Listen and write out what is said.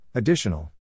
Additional